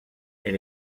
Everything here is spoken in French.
elle